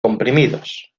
comprimidos